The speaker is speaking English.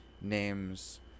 names